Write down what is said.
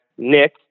Nick